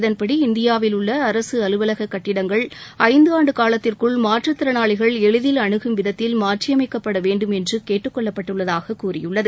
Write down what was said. இதன்படி இந்தியாவில் உள்ள அரசு அலுவலகக் கட்டிடங்கள் ஐந்து ஆண்டு காலத்திற்குள் மாற்றுத்திறனாளிகள் எளிதில் அனுகும் விதத்தில் மாற்றியமைக்கப்பட வேண்டும் என்று கேட்டுக் கொள்ளப்பட்டுள்ளதாக கூறியுள்ளது